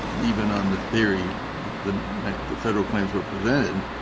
even on the theory the the federal claims were presented,